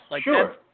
sure